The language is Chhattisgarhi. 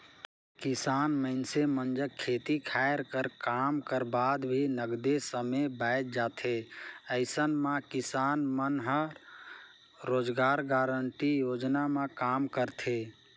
किसान मइनसे मन जग खेती खायर कर काम कर बाद भी नगदे समे बाएच जाथे अइसन म किसान मन ह रोजगार गांरटी योजना म काम करथे